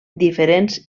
diferents